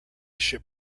ship